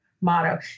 motto